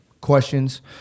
questions